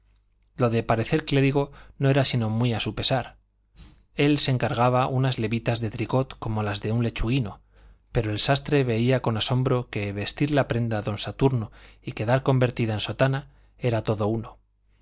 lo de parecer clérigo no era sino muy a su pesar él se encargaba unas levitas de tricot como las de un lechuguino pero el sastre veía con asombro que vestir la prenda don saturno y quedar convertida en sotana era todo uno